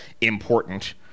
important